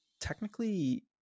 technically